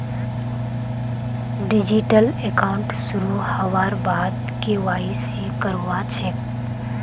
digital account शुरू हबार बाद के.वाई.सी करवा ह छेक